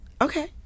Okay